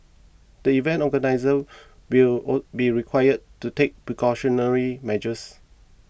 the event organisers will all be required to take precautionary measures